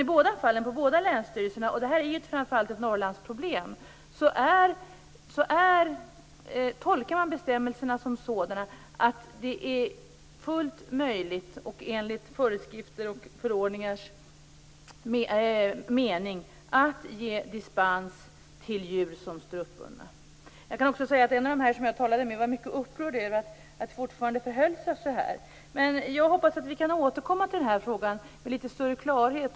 I båda fallen, på båda länsstyrelserna - och det här är ju framför allt ett Norrlandsproblem - tolkar man bestämmelserna så att det fullt möjligt, och i enlighet föreskrifters och förordningars mening, att ge dispens för djur som står uppbundna. Jag kan också säga att en av dem som jag talade med var mycket upprörd över att det fortfarande förhöll sig så här. Jag hoppas att vi kan återkomma till den här frågan med litet större klarhet.